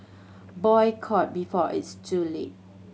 boycott before it's too late